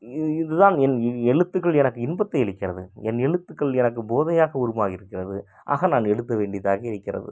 இது இதுதான் என் எழுத்துக்கள் எனக்கு இன்பத்தை அளிக்கின்றது என் எழுத்துக்கள் எனக்கு போதையாக உருமாறி இருக்கின்றது ஆகா நான் எழுத வேண்டியதாக இருக்கிறது